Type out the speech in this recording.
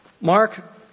Mark